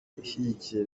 ishyigikiye